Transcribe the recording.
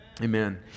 Amen